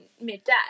midday